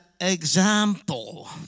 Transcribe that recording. example